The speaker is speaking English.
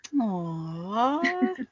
Aww